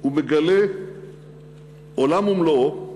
הוא מגלה עולם ומלואו.